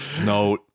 No